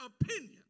opinion